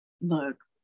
Look